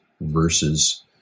versus